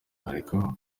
ariko